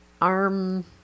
arm